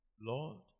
Lord